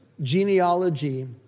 genealogy